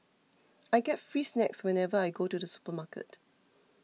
I get free snacks whenever I go to the supermarket